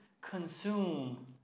consume